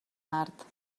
art